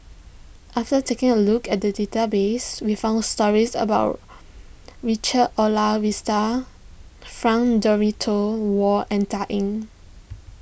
after taking a look at the database we found stories about Richard Olaf Winstedt Frank Dorrington Ward and Dan Ying